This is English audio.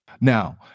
Now